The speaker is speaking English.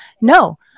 no